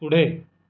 पुढे